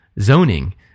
zoning